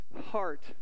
heart